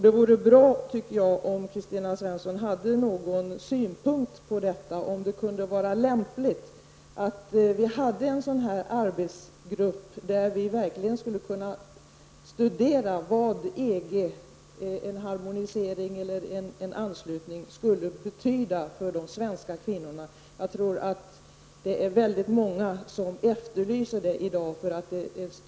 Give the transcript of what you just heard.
Det vore bra om Kristina Svensson kom med någon synpunkt på om det är lämpligt att bilda en sådan arbetsgrupp där vi verkligen skulle kunna studera vad en harmonisering eller anslutning till EG skulle betyda för de svenska kvinnorna. Jag tror att många efterlyser detta i dag.